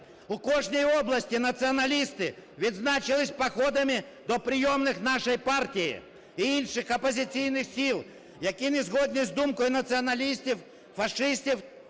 У кожній області націоналісти відзначились походами до прийомних нашої партії і інших опозиційних сил, які не згодні з думкою націоналістів, фашистів